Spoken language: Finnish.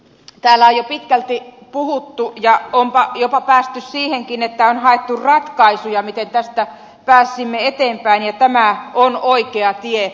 täällä on jo pitkälti puhuttu ja onpa jopa päästy siihenkin että on haettu ratkaisuja miten tästä pääsisimme eteenpäin ja tämä on oikea tie